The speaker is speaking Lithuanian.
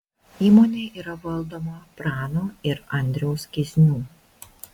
įmonė yra valdoma prano ir andriaus kiznių